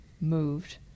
moved